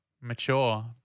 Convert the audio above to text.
mature